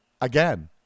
again